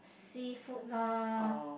seafood lah